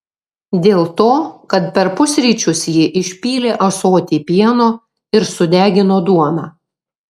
dėl to kad per pusryčius ji išpylė ąsotį pieno ir sudegino duoną